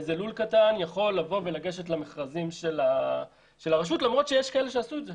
קטן יכול לגשת למכרזים של הרשות אף על פי שיש כאלה שעשו את זה.